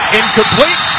incomplete